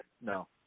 No